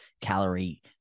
calorie